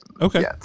Okay